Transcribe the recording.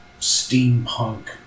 steampunk